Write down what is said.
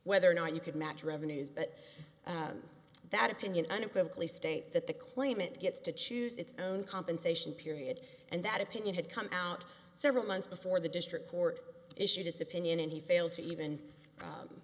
whether or not you could match revenues but that opinion unequivocal a state that the claimant gets to choose its own compensation period and that opinion had come out several months before the district court issued its opinion and he failed to even